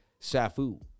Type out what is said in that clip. SAFU